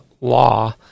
law